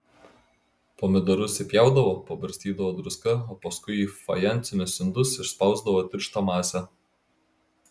pomidorus įpjaudavo pabarstydavo druska o paskui į fajansinius indus išspausdavo tirštą masę